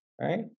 right